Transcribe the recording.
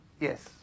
Yes